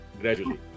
gradually